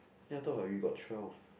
ya I thought we got twelve